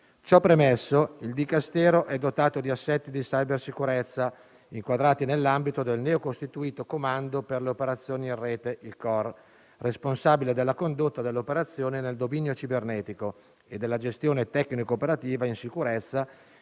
Ciò premesso, il Dicastero è dotato di assetti di cybersicurezza, inquadrati nell'ambito del neocostituito Comando per le operazioni in rete (COR), responsabile della condotta dell'operazione nel dominio cibernetico e della gestione tecnico-operativa in sicurezza